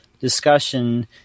discussion